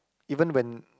even when